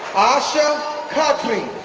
asha khatri,